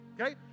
okay